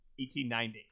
1890